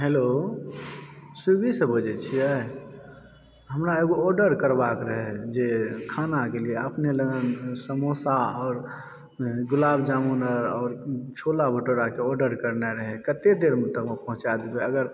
hello Swiggy सॅं बजै छीयै हमरा एगो ऑर्डर करबाक रहै जे खाना के लिए अपना लग समोसा आओर गुलाब जामुन आओर छोला भटूरा के ऑर्डर करनाइ रहै कते देरमे पहुँचा देबै अगर